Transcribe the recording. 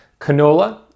canola